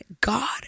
God